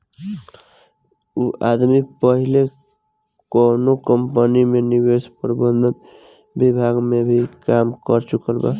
उ आदमी पहिले कौनो कंपनी में निवेश प्रबंधन विभाग में भी काम कर चुकल बा